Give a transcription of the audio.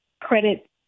credit